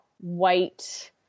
white